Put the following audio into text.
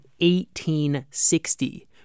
1860